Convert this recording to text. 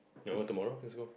y'all want tomorrow let's go